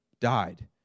died